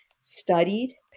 studied